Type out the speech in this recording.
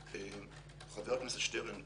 חבר הכנסת שטרן,